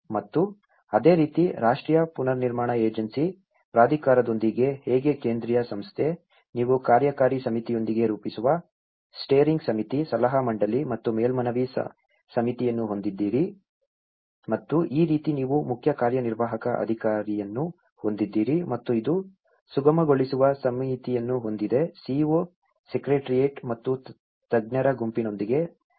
ಮತ್ತು ಅದೇ ರೀತಿ ರಾಷ್ಟ್ರೀಯ ಪುನರ್ನಿರ್ಮಾಣ ಏಜೆನ್ಸಿ ಪ್ರಾಧಿಕಾರದೊಂದಿಗೆ ಹೇಗೆ ಕೇಂದ್ರೀಯ ಸಂಸ್ಥೆ ನೀವು ಕಾರ್ಯಕಾರಿ ಸಮಿತಿಯೊಂದಿಗೆ ರೂಪಿಸುವ ಸ್ಟೀರಿಂಗ್ ಸಮಿತಿ ಸಲಹಾ ಮಂಡಳಿ ಮತ್ತು ಮೇಲ್ಮನವಿ ಸಮಿತಿಯನ್ನು ಹೊಂದಿದ್ದೀರಿ ಮತ್ತು ಈ ರೀತಿ ನೀವು ಮುಖ್ಯ ಕಾರ್ಯನಿರ್ವಾಹಕ ಅಧಿಕಾರಿಯನ್ನು ಹೊಂದಿದ್ದೀರಿ ಮತ್ತು ಇದು ಸುಗಮಗೊಳಿಸುವ ಸಮಿತಿಯನ್ನು ಹೊಂದಿದೆ CEO ಸೆಕ್ರೆಟರಿಯೇಟ್ ಮತ್ತು ತಜ್ಞರ ಗುಂಪಿನೊಂದಿಗೆ ಸಂವಾದ ನಡೆಸಬೇಕು